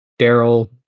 Daryl